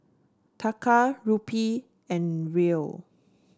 Taka Rupee and Riel